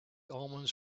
omens